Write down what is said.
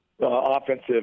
offensive